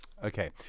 Okay